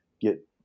get